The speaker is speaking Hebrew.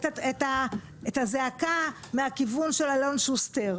אלא את הצעקה מהכיוון של אלון שוסטר,